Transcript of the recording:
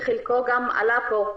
שחלקו עלה פה,